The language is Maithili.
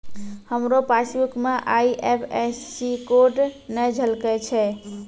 हमरो पासबुक मे आई.एफ.एस.सी कोड नै झलकै छै